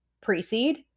pre-seed